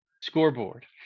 scoreboard